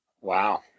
Wow